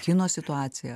kino situaciją